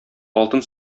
алтын